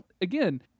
Again